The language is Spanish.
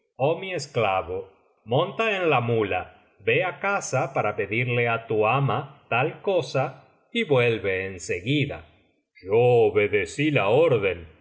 mi esclavo monta en la muía ve á casa para pedirle á tu ama tal cosa y vuelve en seguida yo obedecí la orden